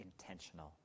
intentional